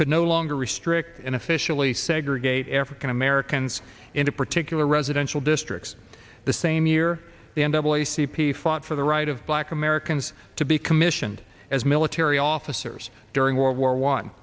could no longer restrict and officially segregate african americans into particular residential districts the same year the n w c p fought for the right of black americans to be commissioned as military officers during world war one